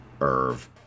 irv